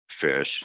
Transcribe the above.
fish